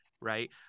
right